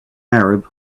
arab